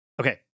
Okay